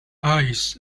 eyes